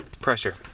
Pressure